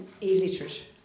illiterate